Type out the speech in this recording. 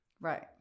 Right